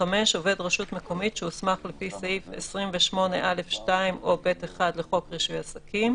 (5)עובד רשות מקומית שהוסמך לפי סעיף 28(א)(2) או (ב)(1) לחוק רישוי עסקים,